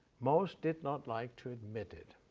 most did not like to admit it,